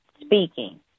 speaking